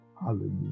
Hallelujah